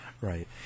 right